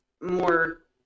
more